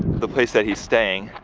the place that he's staying.